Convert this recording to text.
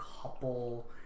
couple